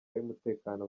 y’umutekano